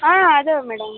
ಹಾಂ ಅದೇ ಮೇಡಮ್